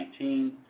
2019